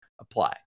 apply